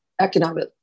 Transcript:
economic